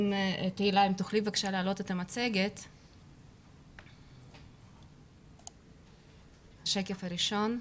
השקף הראשון.